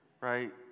right